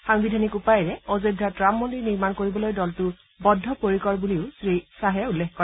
সাংবিধানিক উপায়েৰে অযোধ্যাত ৰাম মন্দিৰ নিৰ্মাণ কৰিবলৈ দলটো বদ্ধ পৰিকৰ বুলিও শ্ৰীশ্বাহে উল্লেখ কৰে